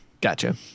Gotcha